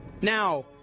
Now